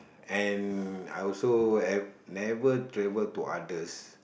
and I also ever never travel to others